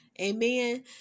Amen